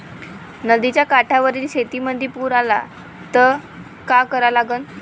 नदीच्या काठावरील शेतीमंदी पूर आला त का करा लागन?